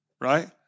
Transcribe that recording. Right